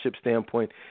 standpoint